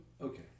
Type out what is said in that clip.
Okay